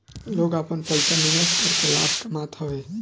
लोग आपन पईसा निवेश करके लाभ कामत हवे